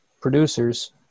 producers